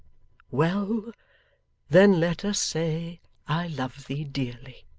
well then let us say i love thee dearly